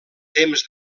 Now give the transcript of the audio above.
temps